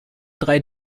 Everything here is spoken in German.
drei